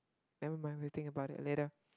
never mind we'll think about it later